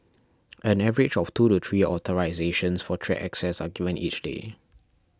an average of two to three authorisations for track access are given each day